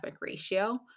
ratio